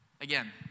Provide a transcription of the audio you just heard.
Again